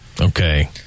Okay